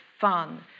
fun